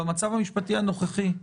במצב המשפטי הנוכחי,